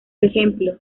ejemplo